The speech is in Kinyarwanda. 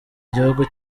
igihugu